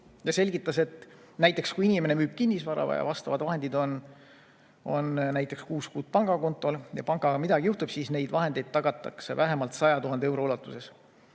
Ta selgitas, et näiteks kui inimene müüb kinnisvara, vastavad vahendid on kuus kuud pangakontol ja pangaga midagi juhtub, siis neid vahendeid tagatakse vähemalt 100 000 euro ulatuses.